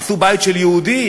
הרסו בית של יהודי,